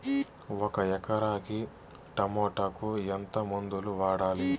ఒక ఎకరాకి టమోటా కు ఎంత మందులు వాడాలి?